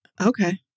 Okay